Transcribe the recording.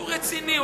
הוא רציני,